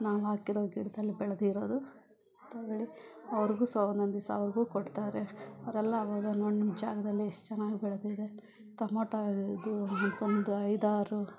ನಾವು ಹಾಕಿರೋ ಗಿಡದಲ್ಲಿ ಬೆಳೆದಿರೋದು ತೊಗೊಳ್ಳಿ ಅವ್ರಿಗೂ ಸೊ ಒಂದೊಂದು ದಿವಸ ಅವ್ರಿಗೂ ಕೊಡ್ತಾರೆ ಅವರೆಲ್ಲ ಅವಾಗ ನೋಡಿ ನಿಮ್ಮ ಜಾಗದಲ್ಲಿ ಎಷ್ಟು ಚೆನ್ನಾಗಿ ಬೆಳೆದಿದೆ ಟೊಮಟೋ ಇದು ಒಂದು ಐದಾರು